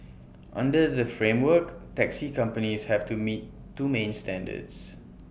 under the framework taxi companies have to meet two main standards